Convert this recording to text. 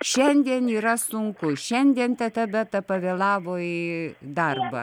šiandien yra sunku šiandien teta beta pavėlavo į darbą